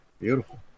beautiful